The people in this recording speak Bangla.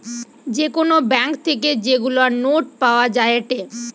যে কোন ব্যাঙ্ক থেকে যেগুলা নোট পাওয়া যায়েটে